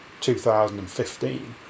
2015